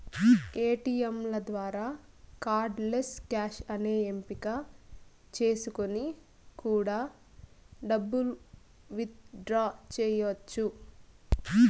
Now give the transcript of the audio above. ఏటీయంల ద్వారా cardless cash అనే ఎంపిక చేసుకొని కూడా డబ్బు విత్ డ్రా చెయ్యచ్చు